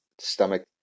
stomach